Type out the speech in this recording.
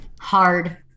hard